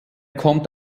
kommt